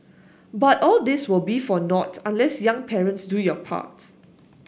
but all this will be for nought unless young parents do your part